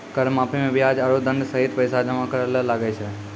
कर माफी मे बियाज आरो दंड सहित पैसा जमा करे ले लागै छै